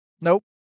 Nope